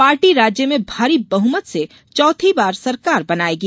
party राज्य में भारी बहुमत से चौथी बार सरकार बनायेगी